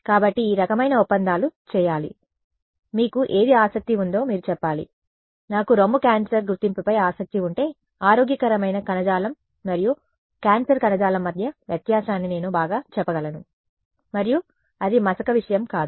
కాబట్టి ఈ రకమైన ఒప్పందాలు చేయాలి మీకు ఏది ఆసక్తి ఉందో మీరు చెప్పాలి నాకు రొమ్ము క్యాన్సర్ గుర్తింపుపై ఆసక్తి ఉంటే ఆరోగ్యకరమైన కణజాలం మరియు క్యాన్సర్ కణజాలం మధ్య వ్యత్యాసాన్ని నేను బాగా చెప్పగలను మరియు అది మసక విషయం కాదు